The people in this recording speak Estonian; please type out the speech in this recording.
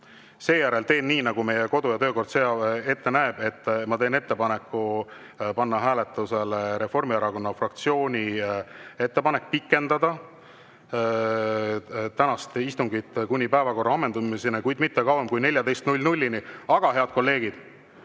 Seejärel teen nii, nagu meie kodu- ja töökord ette näeb. Ma teen ettepaneku panna hääletusele Reformierakonna fraktsiooni ettepanek pikendada tänast istungit kuni päevakorra ammendumiseni, kuid mitte kauem kui kella 14-ni. Head kolleegid,